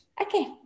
Okay